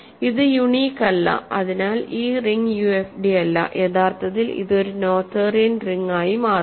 ഇത് യുണീക് അല്ല അതിനാൽ ഈ റിങ് യുഎഫ്ഡി അല്ല യഥാർത്ഥത്തിൽ ഇത് ഒരു നോതേരിയൻ റിംഗ് ആയി മാറുന്നു